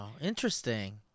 Interesting